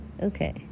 okay